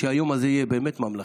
שהיום הזה יהיה באמת ממלכתי.